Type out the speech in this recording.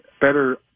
better